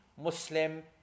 Muslim